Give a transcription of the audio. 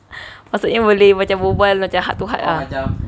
maksudnya boleh macam berbual macam heart to heart ah